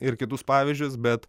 ir kitus pavyzdžius bet